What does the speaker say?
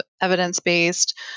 evidence-based